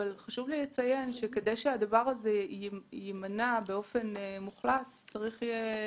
אבל חשוב לי לציין שכדי שהדבר יימנע באופן מוחלט צריך יהיה